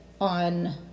on